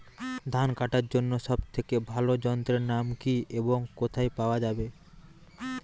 ধান কাটার জন্য সব থেকে ভালো যন্ত্রের নাম কি এবং কোথায় পাওয়া যাবে?